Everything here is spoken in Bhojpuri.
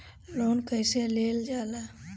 लोन कईसे लेल जाला?